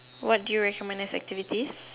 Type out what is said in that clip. what do you recommend as activities